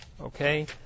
Okay